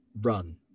run